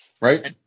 right